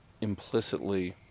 implicitly